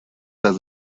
does